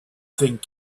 thing